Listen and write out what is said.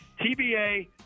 TBA